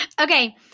Okay